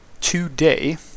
today